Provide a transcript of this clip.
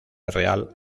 real